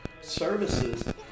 services